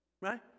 right